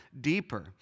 deeper